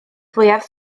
fwyaf